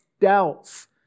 doubts